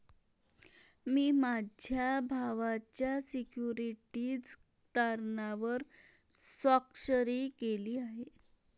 मी माझ्या भावाच्या सिक्युरिटीज तारणावर स्वाक्षरी केली आहे